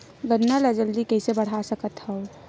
गन्ना ल जल्दी कइसे बढ़ा सकत हव?